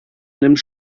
nimmt